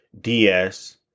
DS